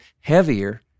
heavier